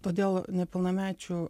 todėl nepilnamečių